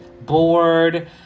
bored